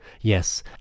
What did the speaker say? yes